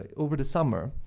over the summer,